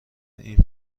این